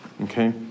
Okay